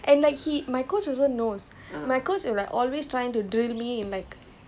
everything else நான்:naan சப்பிட்டு:sapittu இருப்பேன்:irupen damn bad dey